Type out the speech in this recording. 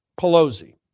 Pelosi